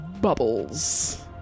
bubbles